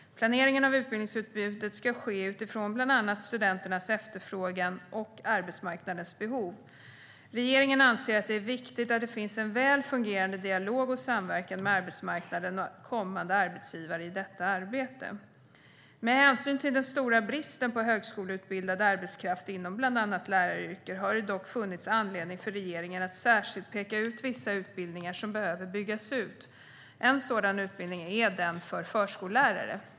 Planeringen av utbildningsutbudet ska ske utifrån bland annat studenternas efterfrågan och arbetsmarknadens behov. Regeringen anser att det är viktigt att det finns en välfungerande dialog och samverkan med arbetsmarknaden och kommande arbetsgivare i detta arbete. Med hänsyn till den stora bristen på högskoleutbildad arbetskraft inom bland annat läraryrket har det dock funnits anledning för regeringen att särskilt peka ut vissa utbildningar som behöver byggas ut. En sådan utbildning är den för förskollärare.